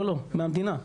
לא, מהמדינה.